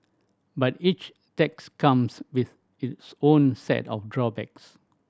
but each tax comes with its own set of drawbacks